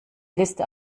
liste